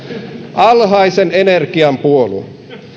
alhaisen energian puolue